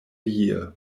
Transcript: year